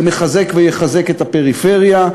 זה מחזק ויחזק את הפריפריה,